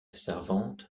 servante